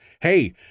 Hey